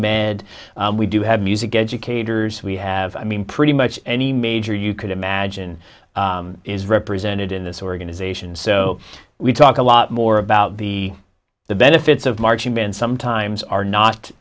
med we do have music educators we have i mean pretty much any major you could imagine is represented in this organization so we talk a lot more about the the benefits of marching band sometimes are not